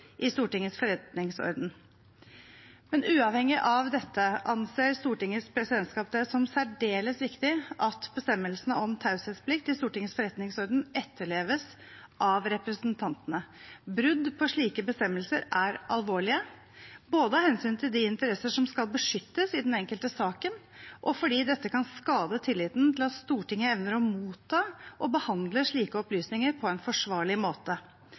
i Stortingets forretningsorden. Uavhengig av dette anser Stortingets presidentskap det som særdeles viktig at bestemmelsene om taushetsplikt i Stortingets forretningsorden etterleves av representantene. Brudd på slike bestemmelser er alvorlig både av hensyn til de interesser som skal beskyttes i den enkelte saken, og fordi dette kan skade tilliten til at Stortinget evner å motta og behandle slike opplysninger på en forsvarlig måte.